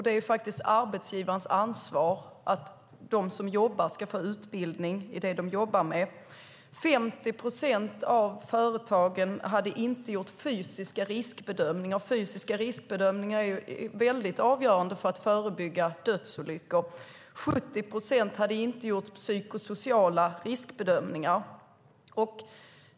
Det är faktiskt arbetsgivarens ansvar att de som jobbar ska få utbildning i det som de jobbar med. 50 procent av företagen hade inte gjort fysiska riskbedömningar. Fysiska riskbedömningar är mycket avgörande för att förebygga dödsolyckor. 70 procent hade inte gjort psykosociala riskbedömningar.